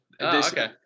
Okay